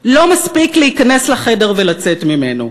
לא מספיק להיכנס לחדר ולצאת ממנו,